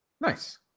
nice